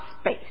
space